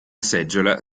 seggiola